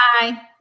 Bye